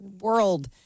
world